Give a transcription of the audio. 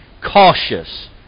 cautious